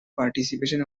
participation